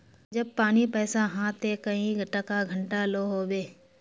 जब पानी पैसा हाँ ते कई टका घंटा लो होबे?